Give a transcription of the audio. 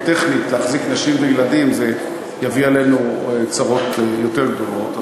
טכנית להחזיק נשים וילדים יביא עלינו צרות יותר גדולות,